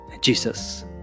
Jesus